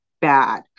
bad